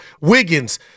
Wiggins